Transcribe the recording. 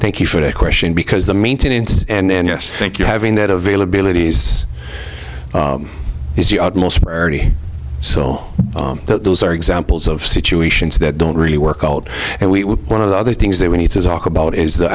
thank you for that question because the maintenance and yes thank you having that availabilities is the utmost priority so those are examples of situations that don't really work out and we one of the other things that we need to talk about is the